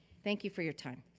thank you for your time.